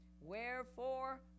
Wherefore